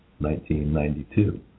1992